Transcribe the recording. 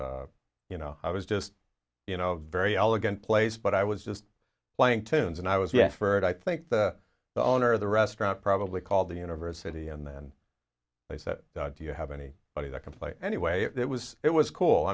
and you know i was just you know very elegant place but i was just playing tunes and i was yes for it i think the owner of the restaurant probably called the university and then they said do you have any body that can play anyway it was it was cool i